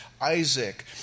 Isaac